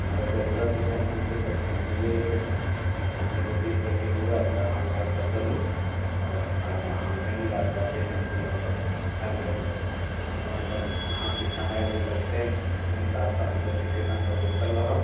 मगर जरूरत अइ टैम्पूके तऽ टैम्पूए एतै अहाँके जतेक जल्दी हुए तऽ अहाँ घरसँ चलू आओर अहाँके बेनिबार बाटे टेम्पू लअ कऽ आयल करू अहाँके समय जे लगतै अइ हिसाबसँ हमसभ स्टेशनपर बैसल रहब